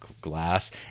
glass